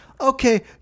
Okay